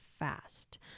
Fast